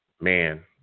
Man